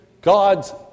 God's